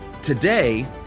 today